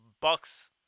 bucks